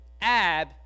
Ab